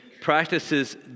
practices